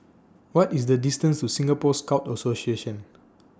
What IS The distances to Singapore Scout Association